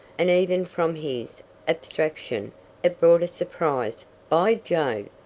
and even from his abstraction it brought a surprised by jove!